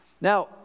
Now